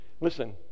Listen